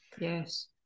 Yes